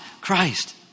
Christ